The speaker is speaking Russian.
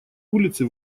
улицы